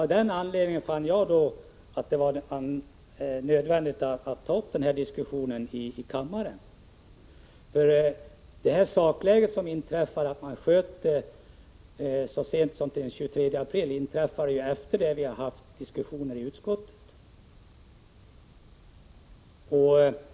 Av den anledningen fann jag det nödvändigt att ta upp den här diskussionen i kammaren. Beskedet om att propositionen inte skulle läggas fram förrän den 23 april lämnades efter det att vi hade haft diskussioner i utskottet.